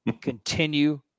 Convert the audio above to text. Continue